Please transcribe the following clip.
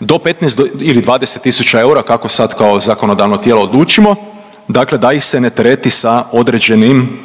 do 15 ili 20000 eura kako sad kao zakonodavno tijelo odlučimo, dakle da ih se ne tereti sa određenim